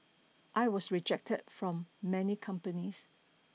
I was rejected from many companies